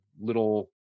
little